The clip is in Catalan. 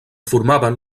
formaven